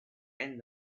and